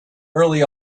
early